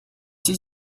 did